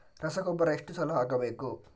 ರಸಗೊಬ್ಬರ ಎಷ್ಟು ಸಲ ಹಾಕಬೇಕು?